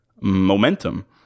momentum